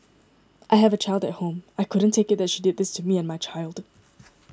I have a child at home I couldn't take it that she did this to me and my child